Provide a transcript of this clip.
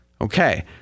Okay